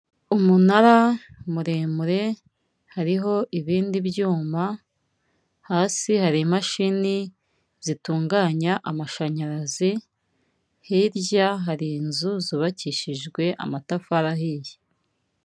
Umunara muremure, hariho ibindi byuma, hasi hari imashini zitunganya amashanyarazi, hirya hari inzu zubakishijwe amatafari ahiye.